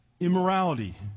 Immorality